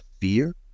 fear